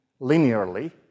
linearly